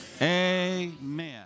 amen